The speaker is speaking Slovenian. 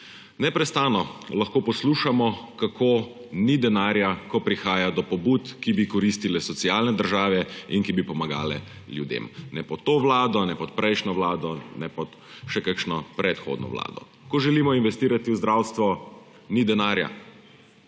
Neprestano lahko poslušamo, kako ni denarja, ko prihaja do pobud, ki bi koristile socialni državi in ki bi pomagale ljudem, ne pod to vlado, ne pod prejšnjo vlado, ne pod še kakšno predhodno vlado. Ko želimo investirati v zdravstvo, ni denarja,